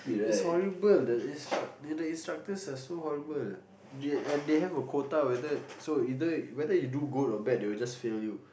it's horrible the instruct the instructors are so horrible they and they have a quota whether so either whether you do good or bad they will just fail you